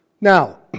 Now